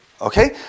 Okay